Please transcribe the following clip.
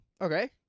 Okay